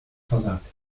versagt